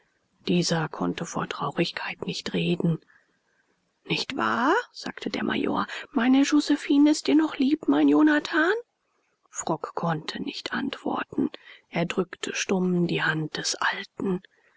dieser konnte vor traurigkeit nicht reden nicht wahr sagte der major meine josephine ist dir noch lieb mein jonathan frock konnte nicht antworten er drückte stumm die hand des alten